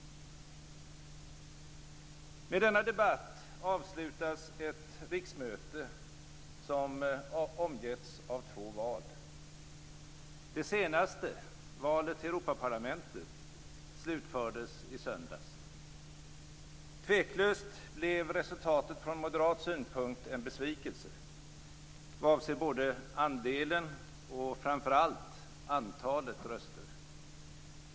Med denna debatt avslutas ett riksmöte, som omgetts av två val. Det senaste - valet till Europaparlamentet - slutfördes i söndags. Tveklöst blev resultatet från moderat synpunkt en besvikelse - vad avser både andelen och framför allt antalet röster.